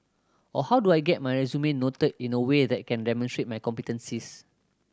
or how do I get my resume noted in a way that can demonstrate my competencies